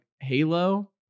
Halo